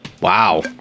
Wow